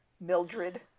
Mildred